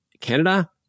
Canada